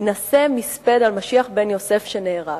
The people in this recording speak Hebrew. יינשא מספד על משיח בן יוסף שנהרג.